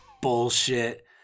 bullshit